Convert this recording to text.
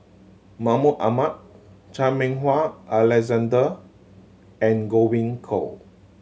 Mahmud Ahmad Chan Meng Wah Alexander and Godwin Koay